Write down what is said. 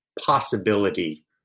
possibility